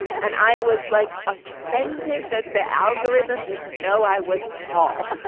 and i was like offended that the algorithm didn't know i was tall